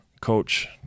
coach